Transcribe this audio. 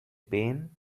pain